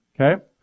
Okay